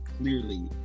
clearly